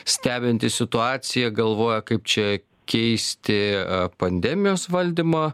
stebintys situaciją galvoja kaip čia keisti pandemijos valdymą